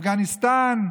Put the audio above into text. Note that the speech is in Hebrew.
אפגניסטן,